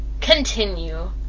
Continue